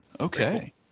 Okay